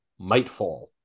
Mightfall